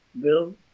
bill